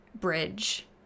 bridge